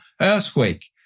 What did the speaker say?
earthquake